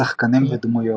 צוות שחקנים ודמויות